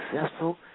successful